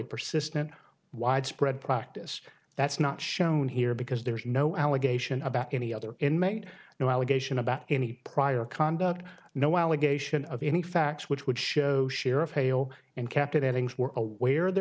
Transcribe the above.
persistent widespread practice that's not shown here because there's no allegation about any other inmate no allegation about any prior conduct no allegation of any facts which would show sheriff hale and